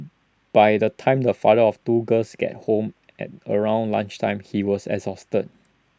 by the time the father of two girls gets home at around lunch time he was exhausted